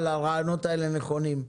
אבל הרעיונות האלה נכונים.